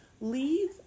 Leave